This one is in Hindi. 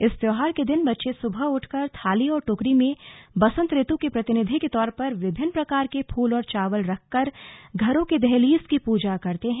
इस त्योहार के दिन बच्चे सुबह उठकर थाली और टोकरी में बसंत ऋत् के प्रतिनिधि के तौर पर विभिन्न प्रकार के फूल और चावल रखकर घरों की दहलीज की पूजा करते हैं